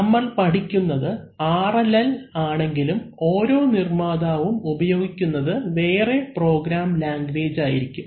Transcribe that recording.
നമ്മൾ പഠിക്കുന്നത് RLL ആണെങ്കിലും ഓരോ നിർമാതാവും ഉപയോഗിക്കുന്നത് വേറെ പ്രോഗ്രാം ലാംഗ്വേജ് ആയിരിക്കും